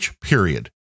period